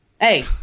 Hey